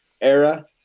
Era